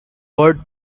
ward